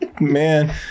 Man